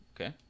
okay